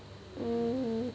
mm